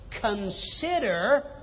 consider